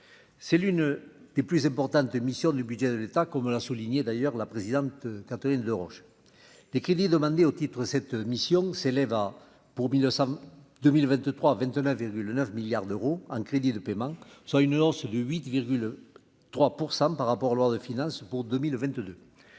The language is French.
c'est l'une des plus importantes de missions du budget de l'État, comme l'a souligné d'ailleurs la présidente Catherine Deroche des crédits demandés au titre cette mission s'élève à, pour 1900 2023 29,9 milliards d'euros en crédits de paiement, soit une hausse de 8,3 % par rapport, loi de finances pour 2022